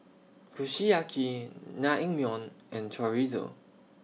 Kushiyaki Naengmyeon and Chorizo